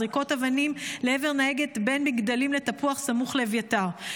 זריקות אבנים לעבר נהגת בין מגדלים לתפוח סמוך לאביתר,